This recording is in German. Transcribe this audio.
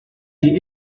die